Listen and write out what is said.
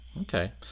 Okay